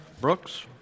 Brooks